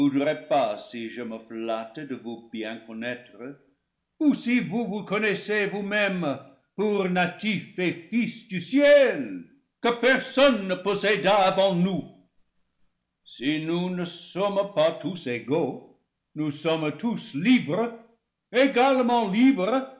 voudrez pas si je me flatte de vous bien connaître ou si vous vous connaissez vous-mêmes pour natifs et fils du ciel que personne ne posséda avant nous si nous ne sommes pas tous égaux nous sommes tous libres également libres